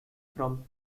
from